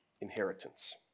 inheritance